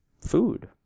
food